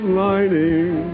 lining